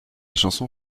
chanson